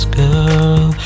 girl